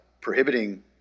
prohibiting